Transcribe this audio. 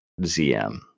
ZM